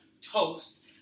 toast